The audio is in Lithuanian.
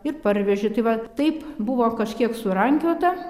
ir parvežė tai va taip buvo kažkiek surankiota